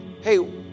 Hey